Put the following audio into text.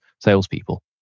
salespeople